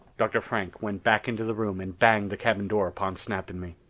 dr. frank went back into the room and banged the cabin door upon snap and me.